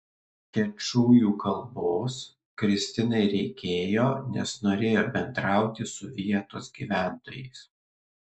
kečujų kalbos kristinai reikėjo nes norėjo bendrauti su vietos gyventojais